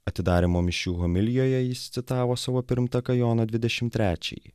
atidarymo mišių homilijoje jis citavo savo pirmtaką joną dvidešim trečiąjį